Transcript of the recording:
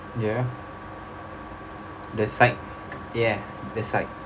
ya that side ya that side